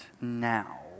now